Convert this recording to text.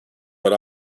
but